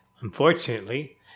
unfortunately